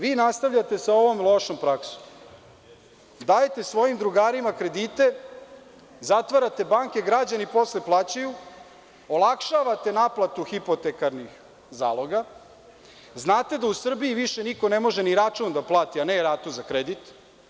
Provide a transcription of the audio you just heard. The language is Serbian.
Vi nastavljate sa ovom lošom praksom, dajete svojim drugarima kredite, zatvarate banke, građani, posle plaćaju, olakšavate naplatu hipoterkarnih zaloga, znate da u Srbiji više niko ne može ni račun da plati, a ne ratu za kredit.